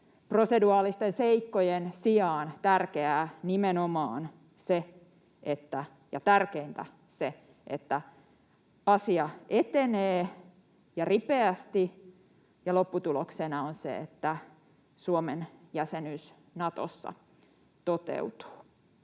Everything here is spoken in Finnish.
proseduaalisten seikkojen sijaan tärkeintä nimenomaan se, että asia etenee ja ripeästi ja lopputuloksena on se, että Suomen jäsenyys Natossa toteutuu.